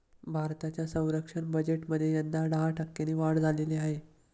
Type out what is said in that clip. भारताच्या संरक्षण बजेटमध्ये यंदा दहा टक्क्यांनी वाढ झालेली आहे